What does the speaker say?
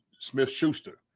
Smith-Schuster